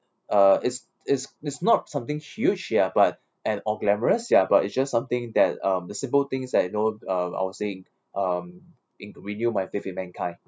uh is is is not something huge ya but and or glamorous ya but it's just something that uh the simple things that you know uh I would say um in renew my faith in mankind